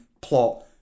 plot